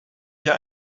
hier